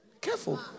Careful